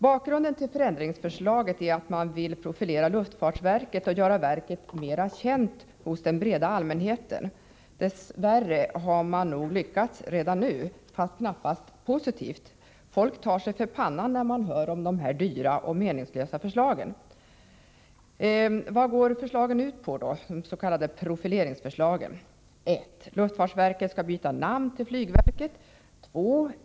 Bakgrunden till förändringsförslaget är att man vill profilera luftfartsverket och göra verket mera känt hos den breda allmänheten. Dess värre har man nog lyckats med det redan nu, men knappast positivt. Människor tar sig för pannan när de hör om de här dyra och meningslösa förslagen. Vad går då de s.k. profileringsförslagen ut på? 2.